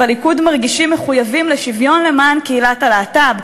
בליכוד מרגישים מחויבים לשוויון לקהילת הלהט"ב.